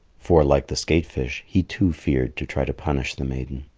for, like the skate-fish, he too feared to try to punish the maiden.